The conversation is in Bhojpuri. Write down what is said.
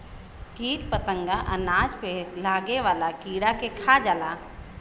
कीट फतंगा अनाज पे लागे वाला कीड़ा के खा जाला